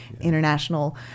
International